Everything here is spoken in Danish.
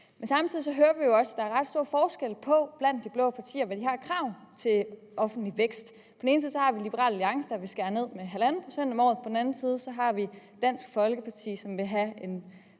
Samtidig hører vi jo også, at der er ret stor forskel blandt de blå partier på, hvad de har af krav til offentlig vækst. På den ene side har vi Liberal Alliance, der vil skære ned med 1½ pct. om året, og på den anden side har vi Dansk Folkeparti, som vil have en